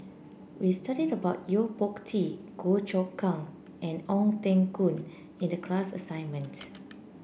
we studied about Yo Po Tee Goh Choon Kang and Ong Teng Koon in the class assignment